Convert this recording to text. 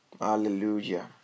Hallelujah